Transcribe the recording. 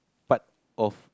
part of